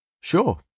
Sure